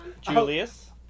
Julius